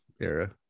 era